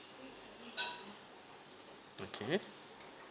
okay